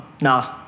no